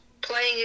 playing